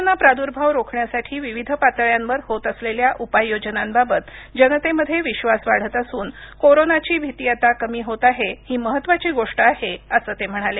corona प्रादुर्भाव रोखण्यासाठी विविध पातळ्यांवर होत असलेल्या उपाय योजनांबाबत जनतेमध्ये विश्वास वाढत असून कोरोनाची भीती आता कमी होत आहे ही महत्त्वाची गोष्ट आहे असं ते म्हणाले